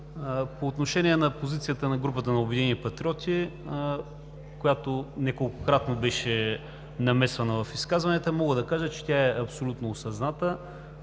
По отношение на позицията на групата на „Обединени патриоти“, която неколкократно беше намесвана в изказванията, мога да кажа, че тя е абсолютно осъзната